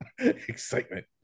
excitement